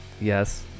Yes